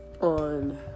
on